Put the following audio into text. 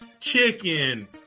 chicken